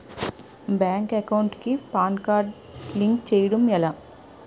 Bank account కి PAN card link చేయడం ఎలా?